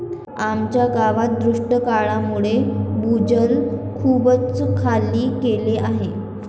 आमच्या गावात दुष्काळामुळे भूजल खूपच खाली गेले आहे